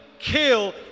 Kill